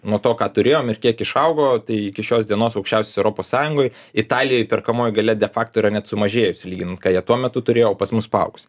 nuo to ką turėjom ir kiek išaugo tai iki šios dienos aukščiausias europos sąjungoj italijoj perkamoji galia defakto yra net sumažėjusi lygint ką jie tuo metu turėjo o pas mus paaugs